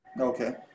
Okay